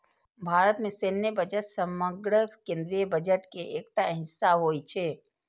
भारत मे सैन्य बजट समग्र केंद्रीय बजट के एकटा हिस्सा होइ छै